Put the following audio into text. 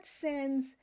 sends